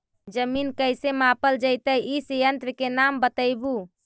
जमीन कैसे मापल जयतय इस यन्त्र के नाम बतयबु?